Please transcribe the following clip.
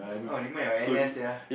oh remind of N_S sia